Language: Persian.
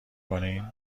کنین